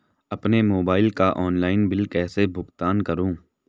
अपने मोबाइल का online bill कैसे भुगतान करूं?